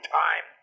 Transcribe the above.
time